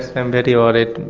i'm very worried.